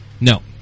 No